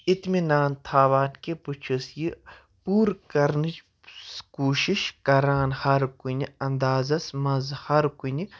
اِطمِنان تھاوان کہِ بہٕ چھُس یہِ پوٗرٕ کرنٕچ کوٗشِش کران ہر کُنہِ اَندازس منٛز ہر کُنہِ